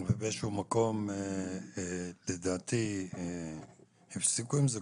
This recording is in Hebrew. ובאיזשהו מקום, לדעתי, הפסיקו עם זה.